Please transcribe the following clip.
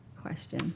question